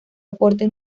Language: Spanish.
aporte